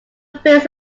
fins